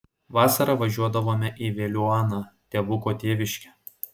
vasarą važiuodavome į veliuoną tėvuko tėviškę